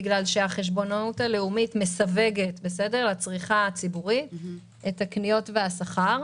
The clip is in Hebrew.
בגלל שהחשבונאות הלאומית מסווגת בקנייה הציבורית את הקניות והשכר.